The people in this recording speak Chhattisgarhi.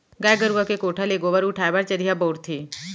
गाय गरूवा के कोठा ले गोबर उठाय बर चरिहा बउरथे